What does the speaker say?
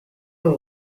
are